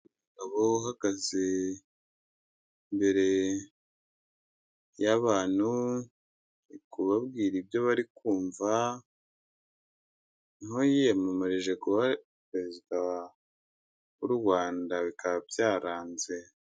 Umugabo uhagaze imbere y'abantu ari kubabwira ibyo bari kumva, nk'uwiyamamarije kuba perezida w'u Rwanda bikaba byaranze.